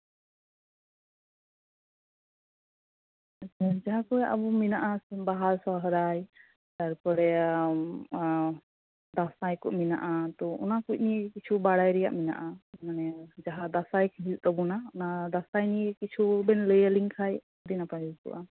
ᱡᱟᱦᱟᱸ ᱠᱚ ᱟᱵᱚᱣᱟᱜ ᱢᱮᱱᱟᱜᱼᱟ ᱵᱟᱦᱟ ᱥᱚᱨᱦᱟᱭ ᱛᱟᱨᱯᱚᱨᱮ ᱫᱟᱸᱥᱟᱭ ᱠᱚ ᱢᱮᱱᱟᱜᱼᱟ ᱛᱚ ᱚᱱᱟ ᱠᱚ ᱱᱤᱭᱮ ᱜᱮ ᱠᱤᱪᱷᱩ ᱵᱟᱲᱟᱭ ᱨᱮᱭᱟᱜ ᱢᱮᱱᱟᱜᱼᱟ ᱢᱟᱱᱮ ᱡᱟᱦᱟᱸ ᱫᱟᱸᱥᱟᱭ ᱦᱩᱭᱩᱜ ᱛᱟᱵᱚᱱᱟ ᱚᱱᱟ ᱫᱟᱸᱥᱟᱭ ᱱᱤᱭᱮ ᱜᱮ ᱠᱤᱪᱷᱩᱵᱮᱱ ᱞᱟᱹᱭᱟᱞᱤᱧ ᱠᱷᱟᱱ ᱟᱹᱰᱤ ᱱᱟᱯᱟᱭ ᱦᱩᱭ ᱠᱚᱜᱼᱟ